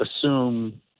assume